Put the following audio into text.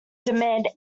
demand